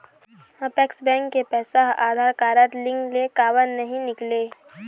Apex bank के पैसा हा आधार कारड लिंक ले काबर नहीं निकले?